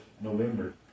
November